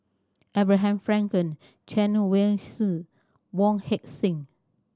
Abraham Frankel Chen Wen Hsi Wong Heck Sing